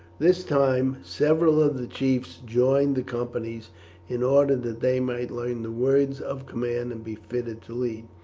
this time several of the chiefs joined the companies in order that they might learn the words of command and be fitted to lead.